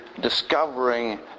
discovering